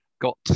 got